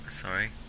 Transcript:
Sorry